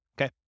Okay